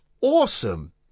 awesome